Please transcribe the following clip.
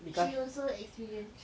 she also experience